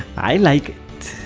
i like